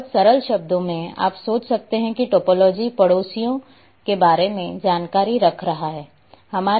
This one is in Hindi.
बहुत सरल शब्दों में आप सोच सकते हैं कि टोपोलॉजीपड़ोसियों के बारे में जानकारी रख रहा है